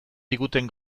diguten